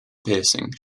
piercing